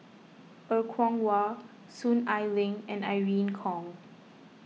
Er Kwong Wah Soon Ai Ling and Irene Khong